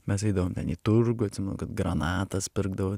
mes eidavom ten į turgų atsimenu kad granatas pirkdavo